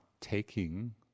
taking